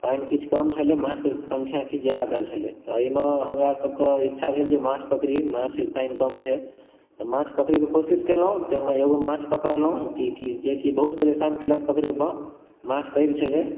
पानि किछु कम छलै माछके सँख्या किछु ज्यादातर छलै तऽ एहिमे हमरासबके इच्छा भेल जे माछ पकड़ी माछ पानि कम छै तऽ माछ पकड़ैके कोशिश केलहुँ तऽ एगो माछ पकड़लहुँ जेकि बहुत परेशान केलक पकड़ैमे माछ पैघ छलै